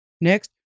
Next